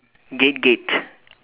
gate gate